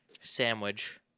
sandwich